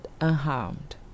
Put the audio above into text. unharmed